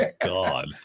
God